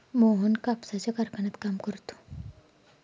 मोहन कापसाच्या कारखान्यात काम करतो